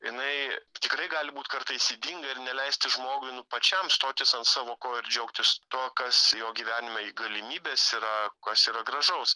jinai tikrai gali būt kartais ydinga ir neleisti žmogui nu pačiam stotis ant savo kojų ir džiaugtis tuo kas jo gyvenime ir galimybės yra kas yra gražaus